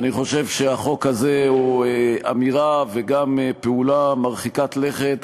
אני חושב שהחוק הזה הוא אמירה וגם פעולה מרחיקת לכת,